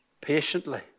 patiently